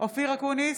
אופיר אקוניס,